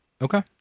Okay